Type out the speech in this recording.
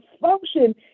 function